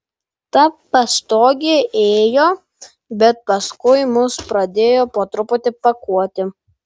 ta pastogė ėjo bet paskui mus pradėjo po truputį pakuoti